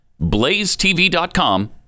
blazetv.com